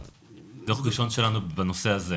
דוח ראשון שלנו בנושא הזה.